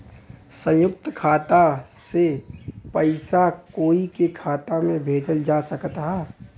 संयुक्त खाता से पयिसा कोई के खाता में भेजल जा सकत ह का?